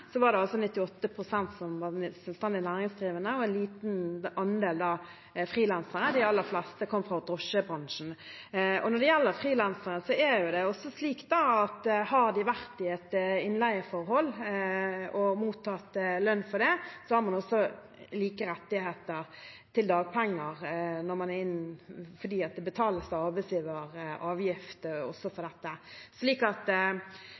var det altså 98 pst. som var selvstendig næringsdrivende og en liten andel frilansere. De aller fleste kom fra drosjebransjen. Når det gjelder frilansere, er det også slik at om de har vært i et innleieforhold og mottatt lønn for det, har man like rettigheter til dagpenger fordi det betales, av arbeidsgiver, en avgift for dette. Det er flere forskjellige avveininger som vi må ta, men målet er nok det